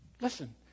Listen